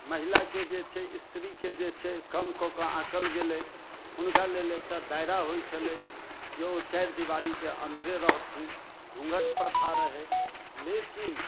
महिलाके जे छै स्त्रीके जे छै कम कऽ कऽ आँकल गेलै हुनका लेल एकटा दायरा होइत छलै जे ओ चारि दिवारीके अन्दरे रहथिन घूँघट प्रथा रहै लेकिन